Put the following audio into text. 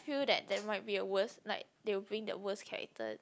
feel that there might be a worse like they will bring their worst character